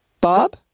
Bob